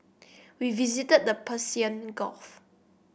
we visited the Persian Gulf